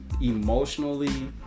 emotionally